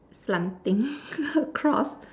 slanting across